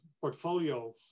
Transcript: portfolio